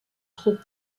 trop